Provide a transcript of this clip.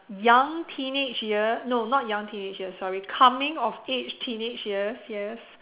young teenage year no not young teenage years sorry coming of age teenage years yes